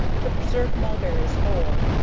to preserve mulberries whole.